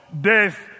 death